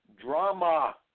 drama